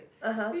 (uh huh)